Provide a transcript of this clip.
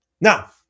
Now